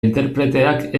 interpreteak